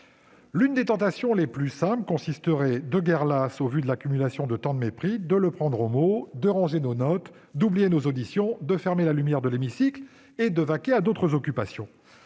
avoir la tentation, de guerre lasse et au vu de l'accumulation de tant de mépris, de le prendre au mot, de ranger nos notes, d'oublier nos auditions, d'éteindre la lumière de l'hémicycle et de vaquer à d'autres occupations.